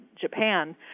Japan